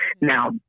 Now